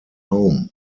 home